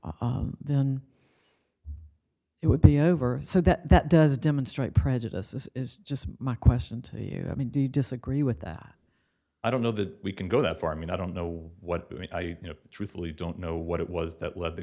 then it would be over so that that does demonstrate prejudices is just my question to you i mean do you disagree with that i don't know that we can go that far i mean i don't know what i you know truthfully don't know what it was that